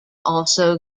also